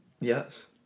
yes